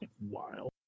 Wild